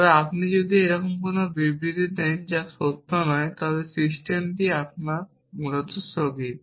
তবে আপনি যদি এমন একটি বিবৃতি দেন যা সত্য নয় তবে সিস্টেমটি আপনার স্থগিত